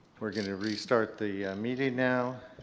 we're going to restart the meeting now.